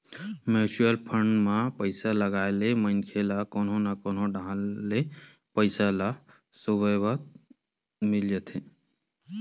mutual fund म पइसा लगाए ले मनखे ल कोनो न कोनो डाहर ले पइसा ह सुबेवत मिल जाथे